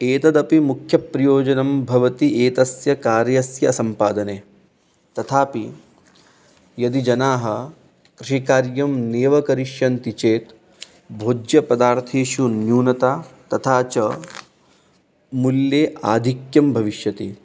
एतदपि मुख्यप्रयोजनं भवति एतस्य कार्यस्य सम्पादने तथापि यदि जनाः कृषिकार्यं नैव करिष्यन्ति चेत् भोज्यपदार्थेषु न्यूनता तथा च मूल्ये आधिक्यं भविष्यति